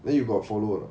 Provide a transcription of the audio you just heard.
then you got follow not